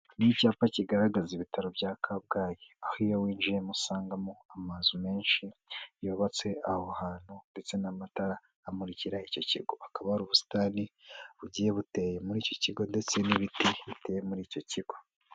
Ni icyapa kigaragaza ibitaro bya Kabgayi. Aho iyo winjiyemo usangamo amazu menshi yubatse aho hantu, ndetse n'amatara amurikira icyo kigo. Hakaba hari ubusitani bugiye buteye muri iki kigo ndetse n'ibiti biteye muri icyo kigo.